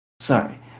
Sorry